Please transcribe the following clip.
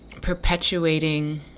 perpetuating